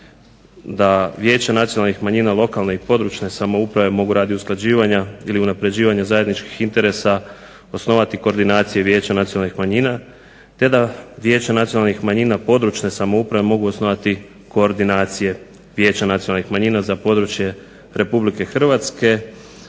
da vijeća nacionalnih manjina lokalne i područne samouprave mogu radi usklađivanja ili unapređivanja zajedničkih interesa osnovati koordinacije Vijeća nacionalnih manjina te da vijeća nacionalnih manjina područne samouprave mogu osnovati koordinacije vijeća nacionalnih manjina za područje Republike Hrvatske